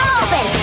open